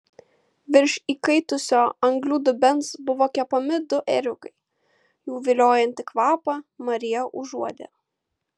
virš įkaitusio anglių dubens buvo kepami du ėriukai jų viliojantį kvapą marija užuodė